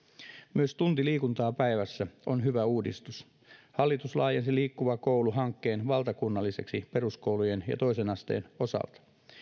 myös tunti liikuntaa päivässä on hyvä uudistus hallitus laajensi liikkuva koulu hankkeen valtakunnalliseksi peruskoulujen ja toisen asteen osalta